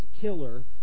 killer